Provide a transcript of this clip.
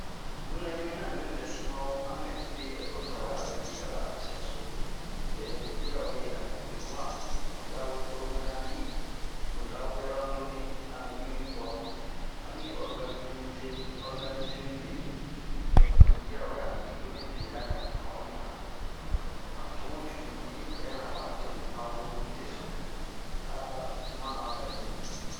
nunɛ yi miniyan ami vɛsi ma o amɛ o tawɛ a o vɛ diya ɓa nasiyaso yirawe ami be wan mu dawa promenadi ma dawe randone ami ɲu yi ɓwa-ro ami organize organize um yirawe ami wee mi bera nɛ mi ma'o mina tomu cunu mi mi yi bɛna mu waa to mi ma wee mu beso a man'an ɓɛ lo bun